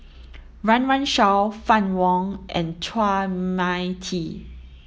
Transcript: Run Run Shaw Fann Wong and Chua Mia Tee